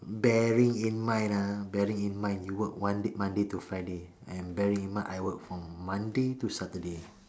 bearing in mind ah bearing in mind you work one Monday to Friday and bearing in mind I work from Monday to Saturday